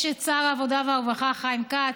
יש את שר העבודה והרווחה חיים כץ,